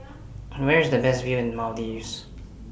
Where IS The Best View in Maldives